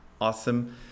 awesome